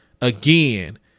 again